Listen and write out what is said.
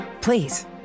please